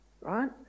right